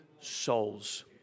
souls